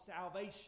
salvation